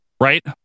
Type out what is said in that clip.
right